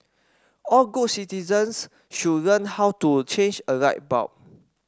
all good citizens should learn how to change a light bulb